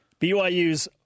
BYU's